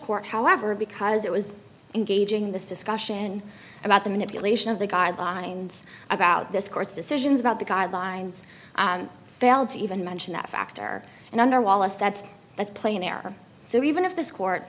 court however because it was engaging in this discussion about the manipulation of the guidelines about this court's decisions about the guidelines failed to even mention that factor and under wallace that's that's plain error so even if this court